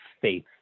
faith